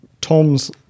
Tom's